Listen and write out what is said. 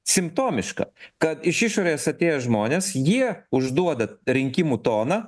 simptomiška kad iš išorės atėję žmonės jie užduoda rinkimų toną